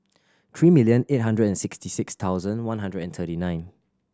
three million eight hundred and sixty six thousand one hundred and twenty nine